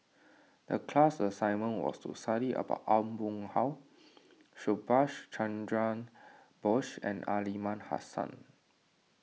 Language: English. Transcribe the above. the class assignment was to study about Aw Boon Haw Subhas Chandra Bose and Aliman Hassan